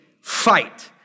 fight